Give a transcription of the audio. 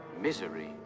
Misery